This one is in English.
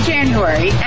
January